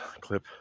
clip